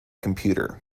computer